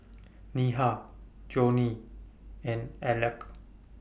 Neha Johnie and Aleck